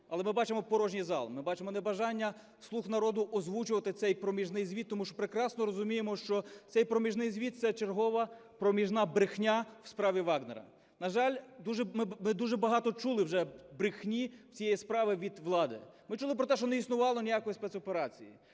але ми бачимо порожній зал, ми бачимо небажання "слуг народу" озвучувати цей проміжний звіт, тому що прекрасно розуміємо, що цей проміжний звіт – це чергова проміжна брехня у справі Вагнера. На жаль, ми дуже багато чули вже брехні цієї справи від влади. Ми чули про те, що не існувало ніякої спецоперації.